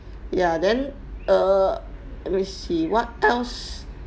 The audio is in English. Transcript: yeah then err let me see what else